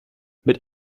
mit